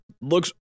looks